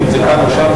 אם זה כאן או שם,